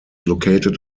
located